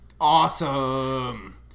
awesome